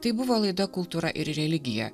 tai buvo laida kultūra ir religija